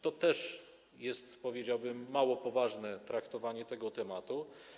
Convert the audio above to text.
To też jest, powiedziałbym, mało poważne traktowanie tego tematu.